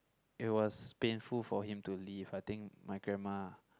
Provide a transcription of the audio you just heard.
it was painful for him to leave I think my grandma